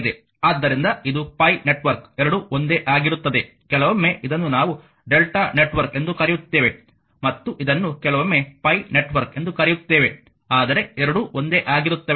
ಆದ್ದರಿಂದ ಇದು pi network ಎರಡೂ ಒಂದೇ ಆಗಿರುತ್ತದೆ ಕೆಲವೊಮ್ಮೆ ಇದನ್ನು ನಾವು Δ ನೆಟ್ವರ್ಕ್ ಎಂದು ಕರೆಯುತ್ತೇವೆ ಮತ್ತು ಇದನ್ನು ಕೆಲವೊಮ್ಮೆ ಪೈ ನೆಟ್ವರ್ಕ್ ಎಂದು ಕರೆಯುತ್ತೇವೆ ಆದರೆ ಎರಡೂ ಒಂದೇ ಆಗಿರುತ್ತವೆ